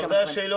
אלה השאלות,